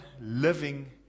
living